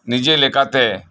ᱱᱤᱡᱮ ᱞᱮᱠᱟᱛᱮ